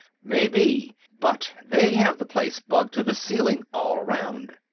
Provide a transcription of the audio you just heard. maybe, but they have the place bugged to the ceiling all around.